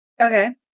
Okay